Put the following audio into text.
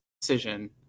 decision